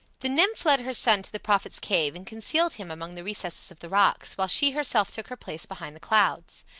the nymph led her son to the prophet's cave and concealed him among the recesses of the rocks, while she herself took her place behind the clouds.